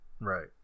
Right